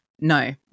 no –